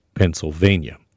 Pennsylvania